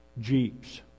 Jeeps